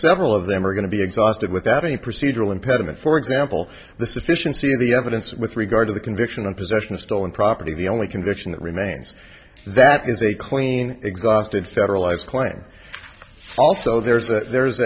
several of them are going to be exhausted without any procedural impediment for example the sufficiency of the evidence with regard to the conviction and possession of stolen property the only conviction that remains that is a clean exhausted federalized claim also there's a there's